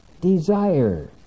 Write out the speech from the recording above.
desire